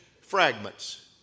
fragments